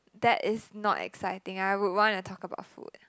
that is not exciting I would wanna talk about food